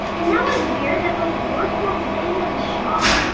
and that was weird that those words were written in chalk.